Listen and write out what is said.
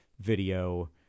video